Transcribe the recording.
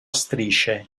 strisce